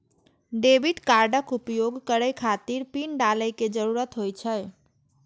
debit कार्डक उपयोग करै खातिर पिन डालै के जरूरत होइ छै